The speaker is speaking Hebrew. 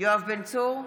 יואב בן צור,